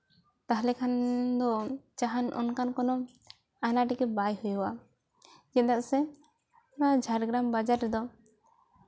ᱛᱟᱦᱚᱞᱮ ᱠᱷᱟᱱ ᱫᱚ ᱡᱟᱦᱟᱱ ᱚᱱᱠᱟᱱ ᱠᱚᱱᱳ ᱟᱱᱟᱴᱜᱮ ᱵᱟᱭ ᱦᱳᱭᱳᱜᱼᱟᱪᱮᱫᱟᱜ ᱥᱮ ᱱᱚᱣᱟ ᱡᱷᱟᱲᱜᱨᱟᱢ ᱵᱟᱡᱟᱨ ᱨᱮᱫᱚ